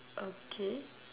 okay